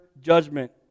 judgment